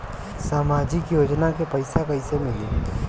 सामाजिक योजना के पैसा कइसे मिली?